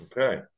okay